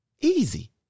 easy